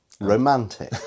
romantic